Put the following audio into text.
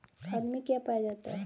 खाद में क्या पाया जाता है?